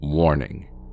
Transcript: Warning